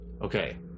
Okay